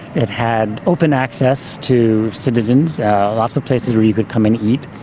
it had open access to citizens lots of places where you could come and eat.